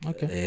Okay